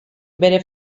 bere